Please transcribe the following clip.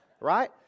right